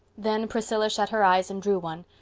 then priscilla shut her eyes and drew one.